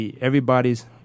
Everybody's